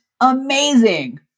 amazing